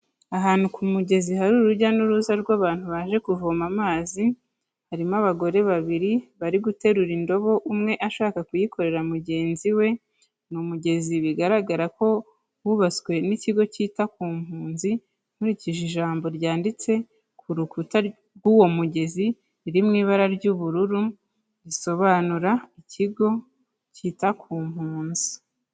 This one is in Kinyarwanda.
Ahantu ku mugezi hari urujya n'uruza rw'abantu baje kuvoma amazi, harimo abagore babiri bari guterura indobo, umwe ashaka kuyikorera mugenzi we, ni umugezi bigaragara ko wubatswe n'ikigo cyita ku mpunzi, nkurikije ijambo ryanditse ku rukuta rw'uwo mugezi riri mu ibara ry'ubururu risobanura ikigo cyita ku mpunzi.